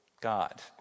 God